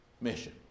mission